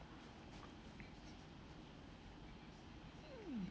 mm